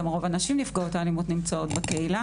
גם רוב הנשים נפגעות האלימות נמצאות בקהילה